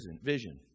vision